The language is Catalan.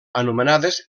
anomenades